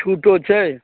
छूटो छै